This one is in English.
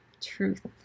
truth